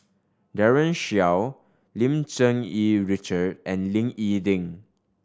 Daren Shiau Lim Cherng Yih Richard and Ying E Ding